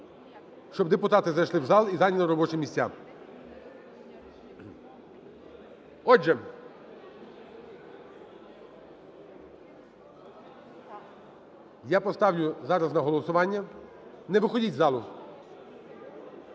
щоб депутати зайшли в зал і зайняли робочі місця. Отже, я поставлю зараз на голосування. Не виходіть з залу.